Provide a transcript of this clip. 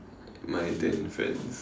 my then friend's